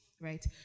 right